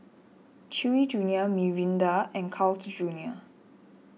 Chewy Junior Mirinda and Carl's Junior